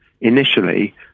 initially